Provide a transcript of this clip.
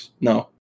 No